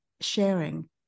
sharing